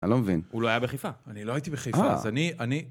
אני לא מבין. הוא לא היה בחיפה. אני לא הייתי בחיפה. אז אני...